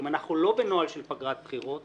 אם אנחנו לא בנוהל של פגרת בחירות,